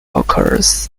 occurs